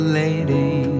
lady